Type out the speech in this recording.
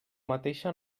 mateixa